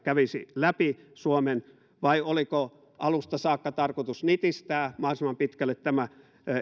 kävisi läpi suomen vai oliko alusta saakka tarkoitus nitistää mahdollisimman pitkälle tämä